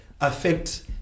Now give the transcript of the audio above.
affect